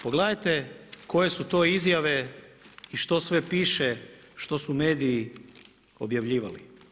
Pogledajte koje su to izjave i što sve piše što su mediji objavljivali.